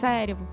Sério